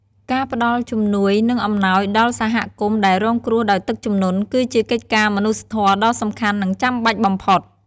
ការផ្តល់ជំនួយ និងអំណោយដល់សហគមន៍ដែលរងគ្រោះដោយទឹកជំនន់ គឺជាកិច្ចការមនុស្សធម៌ដ៏សំខាន់ និងចាំបាច់បំផុត។